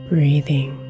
Breathing